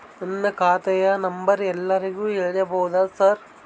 ನನ್ನ ಖಾತೆಯ ನಂಬರ್ ಎಲ್ಲರಿಗೂ ಹೇಳಬಹುದಾ ಸರ್?